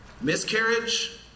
Miscarriage